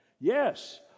Yes